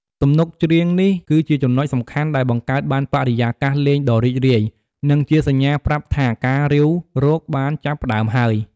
ទំនុកច្រៀងនេះគឺជាចំណុចសំខាន់ដែលបង្កើតបានបរិយាកាសលេងដ៏រីករាយ និងជាសញ្ញាប្រាប់ថាការរាវរកបានចាប់ផ្តើមហើយ។